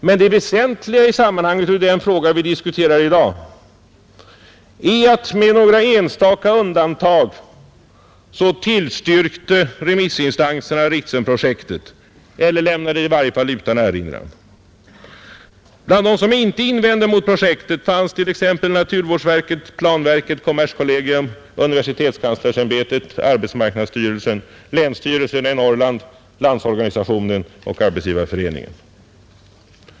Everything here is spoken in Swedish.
Men det väsentliga i sammanhang med den fråga vi diskuterar i dag är att med några enstaka undantag tillstyrkte remissinstanserna Ritsemprojektet eller lämnade det i varje fall utan erinran. Bland dem som inte invände mot projektet fanns t.ex. naturvårdsverket, planverket, kommerskollegium, universitetskanslersämbetet, arbetsmarknadsstyrelsen, länsstyrelserna i Norrland, Landsorganisationen och Arbetsgivareföreningen.